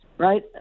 right